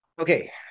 Okay